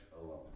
alone